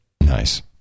Nice